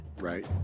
Right